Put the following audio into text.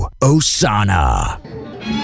Osana